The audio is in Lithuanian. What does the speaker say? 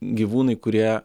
gyvūnai kurie